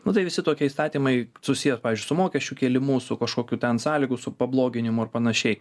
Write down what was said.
nu tai visi tokie įstatymai susiję su mokesčių kėlimu su kažkokiu ten sąlygų su pabloginimu ar panašiai